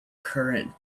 current